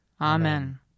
Amen